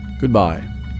goodbye